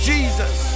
Jesus